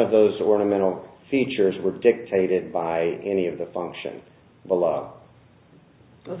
of those ornamental features were dictated by any of the function below the